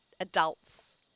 adults